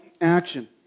action